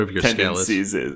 tendencies